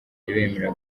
ibemerera